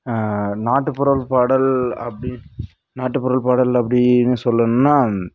நாட்டுப்புற பாடல் அப்படி நாட்டுப்புறல் பாடல் அப்படின்னு சொல்லணும்னா